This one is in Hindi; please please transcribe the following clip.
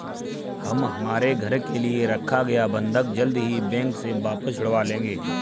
हम हमारे घर के लिए रखा गया बंधक जल्द ही बैंक से वापस छुड़वा लेंगे